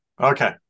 Okay